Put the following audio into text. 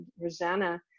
Rosanna